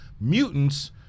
Mutants